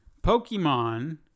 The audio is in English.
Pokemon